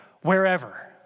wherever